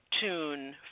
tune